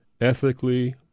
ethically